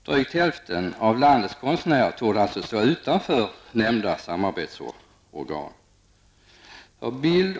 Drygt hälften av landets konstnärer torde alltså stå utanför nämnda samarbetsorgan.